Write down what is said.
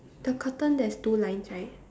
the curtain there's two lines right